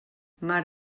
mar